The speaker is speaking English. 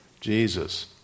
Jesus